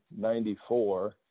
94